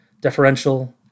Deferential